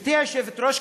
גברתי היושבת-ראש,